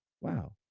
Wow